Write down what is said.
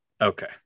Okay